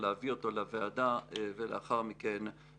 כבוד היושב-ראש,